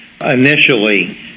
initially